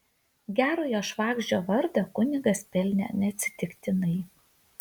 gerojo švagždžio vardą kunigas pelnė neatsitiktinai